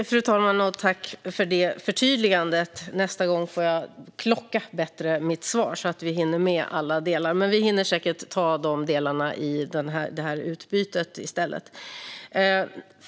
Fru talman! Tack för det förtydligandet! Nästa gång får jag klocka mitt svar bättre, så att jag hinner läsa upp alla delar. Vi hinner dock säkert ta de delarna i det här utbytet i stället.